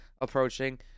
approaching